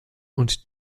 und